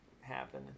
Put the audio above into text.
happen